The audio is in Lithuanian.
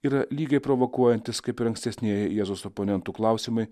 yra lygiai provokuojantis kaip ir ankstesnieji jėzaus oponentų klausimai